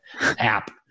app